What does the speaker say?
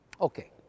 Okay